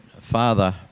Father